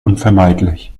unvermeidlich